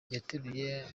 yateruye